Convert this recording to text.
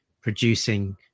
producing